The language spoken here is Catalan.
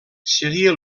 seria